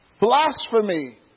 blasphemy